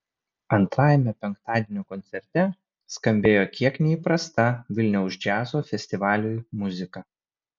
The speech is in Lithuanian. antrajame penktadienio koncerte skambėjo kiek neįprasta vilniaus džiazo festivaliui muzika